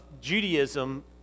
Judaism